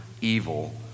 evil